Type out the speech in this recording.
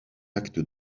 acte